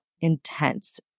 Intense